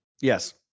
Yes